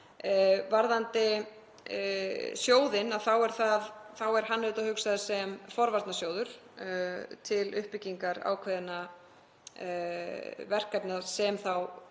Varðandi sjóðinn þá er hann auðvitað hugsaður sem forvarnasjóður, til uppbyggingar ákveðinna verkefna sem